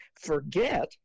forget